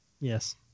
Yes